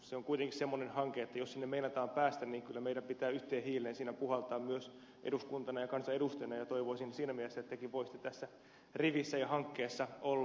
se on kuitenkin semmoinen hanke että jos sinne meinataan päästä niin kyllä meidän pitää yhteen hiileen siinä puhaltaa myös eduskuntana ja kansanedustajina ja toivoisin siinä mielessä että tekin voisitte tässä rivissä ja hankkeessa olla